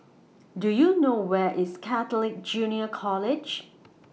Do YOU know Where IS Catholic Junior College